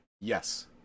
Yes